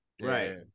Right